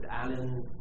Alan